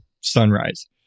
sunrise